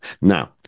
Now